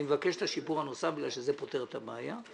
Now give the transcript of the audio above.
אני מבקש את השיפור הנוסף כי זה פותר את הבעיה.